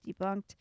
debunked